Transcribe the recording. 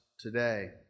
today